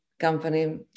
company